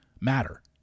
matter